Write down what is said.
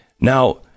Now